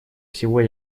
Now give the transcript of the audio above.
всего